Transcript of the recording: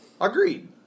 Agreed